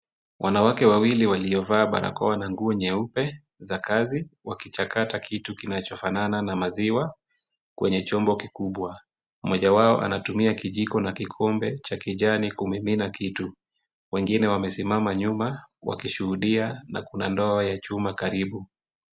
Wanawake wawili waliovaa barakoa na nguo nyeupe za kazi ,wakichakata kitu kinachofanana na maziwa kwenye chombo kikubwa, mmoja wao anatumia kijiko na kikombe cha kijani kumimina kitu ,wengine wamesimama nyuma wakishuhudia na kuna ndoo ya chuma karibu.